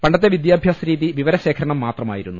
പണ്ടത്തെ വിദ്യാഭ്യാസ രീതി വിവരശേഖരണം മാത്രമായിരുന്നു